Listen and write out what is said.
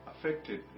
affected